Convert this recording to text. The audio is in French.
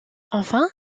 enfin